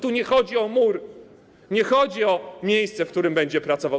Tu nie chodzi o mur, nie chodzi o miejsce, w którym będzie pracował.